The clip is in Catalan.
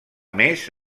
més